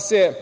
Srbija,